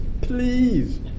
please